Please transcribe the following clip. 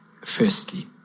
firstly